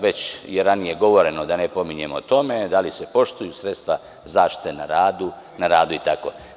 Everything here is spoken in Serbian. Već je ranije govoreno, da ne pominjem o tome, da li se poštuju sredstva zaštite na radu itd.